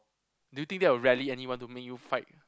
do you think that would rally anyone to make you fight